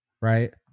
right